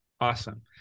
Awesome